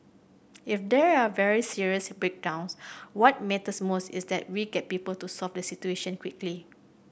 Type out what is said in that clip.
if there are very serious breakdowns what matters most is that we get people to solve the situation quickly